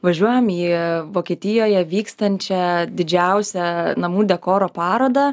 važiuojam į vokietijoje vykstančią didžiausią namų dekoro parodą